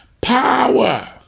power